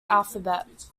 alphabet